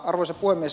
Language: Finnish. arvoisa puhemies